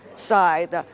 side